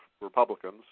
Republicans